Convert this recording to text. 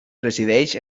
resideix